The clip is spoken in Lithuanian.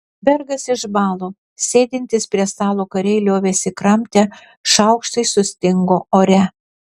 bergas išbalo sėdintys prie stalo kariai liovėsi kramtę šaukštai sustingo ore